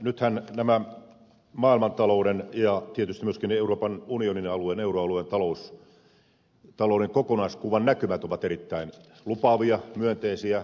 nythän nämä maailmantalouden ja tietysti myöskin euroopan unionin alueen ja euroalueen talouden kokonaiskuvan näkymät ovat erittäin lupaavia myönteisiä